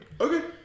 Okay